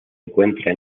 encuentra